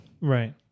Right